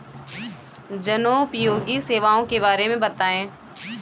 जनोपयोगी सेवाओं के बारे में बताएँ?